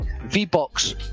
V-Box